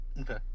Okay